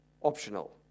optional